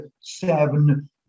seven